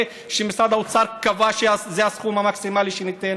שמשרד האוצר קבע שזה הסכום המקסימלי שניתן,